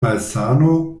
malsano